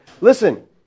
Listen